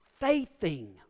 faithing